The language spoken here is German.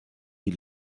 die